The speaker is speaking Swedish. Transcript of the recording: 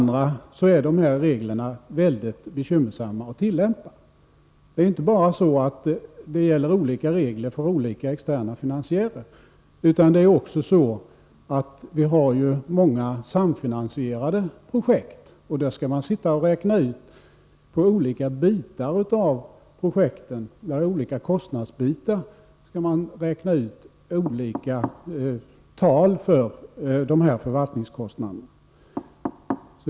Reglerna är vidare svåra att tillämpa. Det är inte bara så att olika regler gäller för olika externa finansiärer, utan vi har dessutom många samfinansierade projekt. Kostnaderna för dem måste delas upp, och för varje del måste man räkna ut särskilda fördelningstal för förvaltningskostnaderna.